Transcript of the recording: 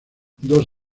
dos